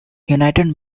united